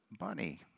money